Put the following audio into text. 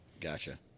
Gotcha